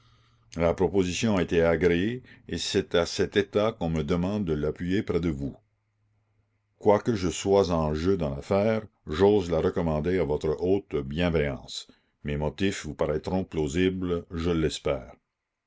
la proposition a été agréée et c'est à cet état qu'on me demande de l'appuyer près de vous quoique je sois en jeu dans l'affaire j'ose la recommander à votre haute bienveillance mes motifs vous paraîtront plausibles je l'espère